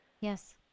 Yes